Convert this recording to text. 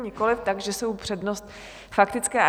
Nikoliv, takže jsou přednost... faktické.